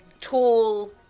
tall